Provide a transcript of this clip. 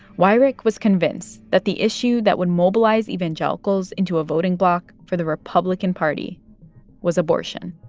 weyrich was convinced that the issue that would mobilize evangelicals into a voting bloc for the republican party was abortion.